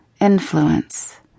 Influence